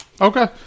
Okay